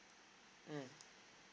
mm